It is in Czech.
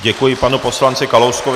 Děkuji panu poslanci Kalouskovi.